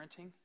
parenting